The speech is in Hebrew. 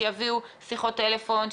שיביאו שיחות טלפון,